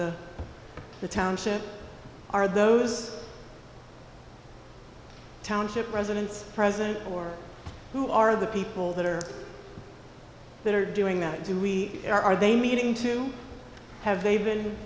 the township are those township residents present or who are the people that are that are doing that do we are they meeting to have they